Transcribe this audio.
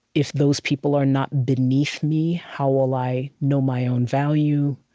if those people are not beneath me, how will i know my own value?